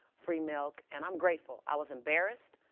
free milk. and i'm grateful. i was embarrassed,